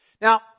Now